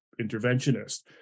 interventionist